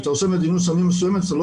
כשאתה עושה מדיניות סמים מסוימת אתה לא